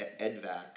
EDVAC